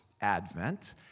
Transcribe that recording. Advent